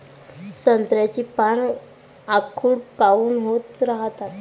संत्र्याची पान आखूड काऊन होत रायतात?